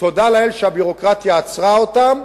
תודה לאל שהביורוקרטיה עצרה אותם,